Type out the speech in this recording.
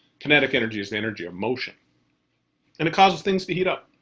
kinetic energy is the energy of motion, and it causes things to heat up.